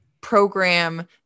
program